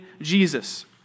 Jesus